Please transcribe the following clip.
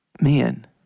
man